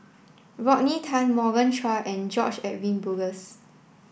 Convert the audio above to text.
Rodney Tan Morgan Chua and George Edwin Bogaars